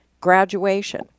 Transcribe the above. graduation